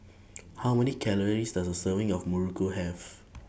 How Many Calories Does A Serving of Muruku Have